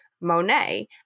Monet